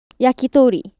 Yakitori